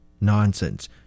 Nonsense